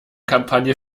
kampagne